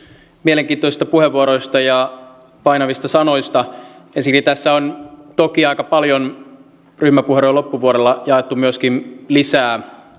mielenkiintoisista puheenvuoroista ja painavista sanoista ensinnäkin tässä on toki aika paljon ryhmäpuheenvuorojen loppupuolella jaettu myöskin lisää